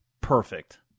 Perfect